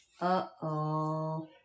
Uh-oh